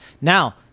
now